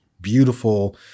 beautiful